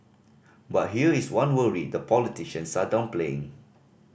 but here is one worry the politicians are downplaying